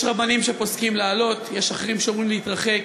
יש רבנים שפוסקים לעלות, יש אחרים שאומרים להתרחק.